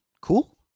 cool